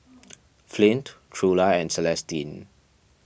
Flint Trula and Celestine